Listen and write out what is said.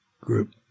group